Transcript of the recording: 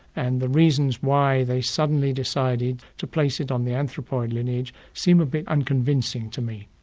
and the reasons why they suddenly decided to place it on the anthropoid lineage seem a bit unconvincing to me.